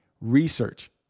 Research